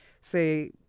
say